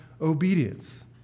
obedience